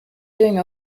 doing